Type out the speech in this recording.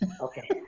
Okay